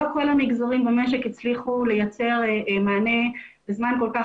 לא כל המגזרים במשק הצליחו לייצר מענה בזמן כל כך